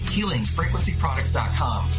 HealingFrequencyProducts.com